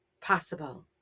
possible